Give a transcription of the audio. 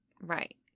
right